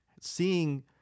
seeing